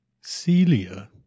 Celia